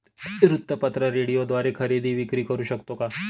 वृत्तपत्र, रेडिओद्वारे खरेदी विक्री करु शकतो का?